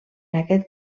aquest